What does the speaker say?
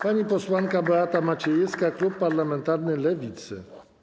Pani posłanka Beata Maciejewska, klub parlamentarny Lewicy.